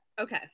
okay